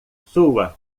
sua